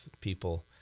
people